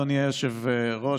אדוני היושב-ראש,